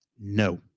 No